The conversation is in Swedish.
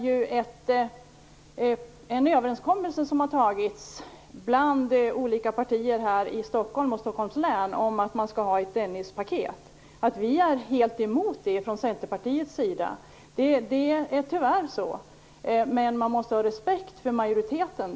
Dennispaket är vi i Centerpartiet helt emot. Det är tyvärr så. Man måste dock ha respekt för majoriteten.